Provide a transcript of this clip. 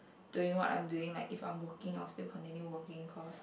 doing what I'm doing like if I'm working I'll still continue working cause